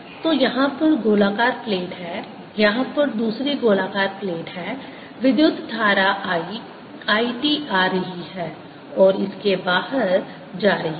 तो यहाँ पर गोलाकार प्लेट है यहाँ पर दूसरी गोलाकार प्लेट है विद्युत धारा I I t आ रही है और इसके बाहर जा रही है